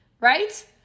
right